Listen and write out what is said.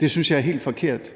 Jeg synes, det er helt forkert,